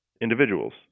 individuals